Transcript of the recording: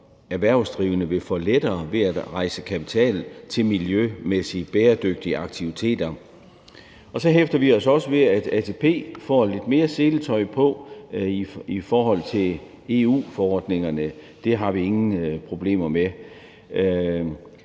erhvervsdrivende vil få lettere ved at rejse kapital til miljømæssigt bæredygtige aktiviteter. Så hæfter vi os også ved, at ATP får lidt mere seletøj på i forhold til EU-forordningerne. Det har vi ingen problemer med.